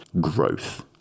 growth